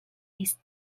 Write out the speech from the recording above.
his